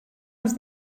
els